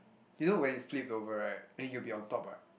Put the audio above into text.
you know when you flip over right then you'll be on top [what]